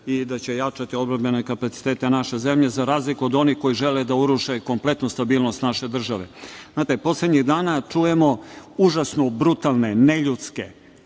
i da će jačati odbrambene kapacitete naše zemlje, za razliku od onih koji žele da uruše kompletnu stabilnost naše države. Znate, poslednjih dana čujemo užasne, brutalne, neljudske